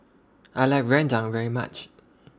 I like Rendang very much